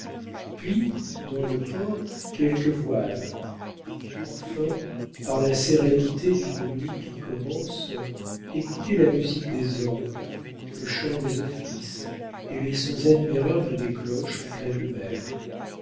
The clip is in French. puis dans le port quelques voiles enfin par la sérénité d'une nuit qui commence écoutez la musique des orgues le chant des offices et les sons admirables des cloches en pleine mer